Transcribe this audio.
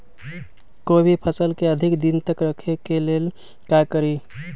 कोई भी फल के अधिक दिन तक रखे के ले ल का करी?